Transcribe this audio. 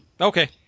Okay